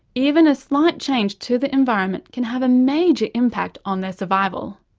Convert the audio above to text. even a slight change to the environment can have a major impact on their survival.